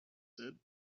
said